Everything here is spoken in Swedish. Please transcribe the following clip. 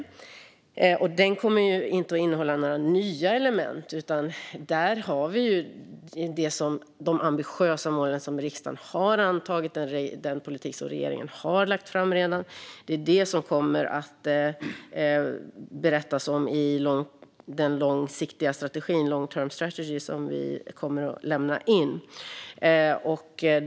Denna strategi kommer inte att innehålla några nya element, utan där har vi de ambitiösa mål som riksdagen har antagit och den politik som regeringen redan har lagt fram. Det är detta som det kommer att berättas om i den långsiktiga strategi - long-term strategy - som vi kommer att lämna in.